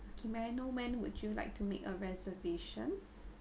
okay may I know when would you like to make a reservation